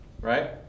right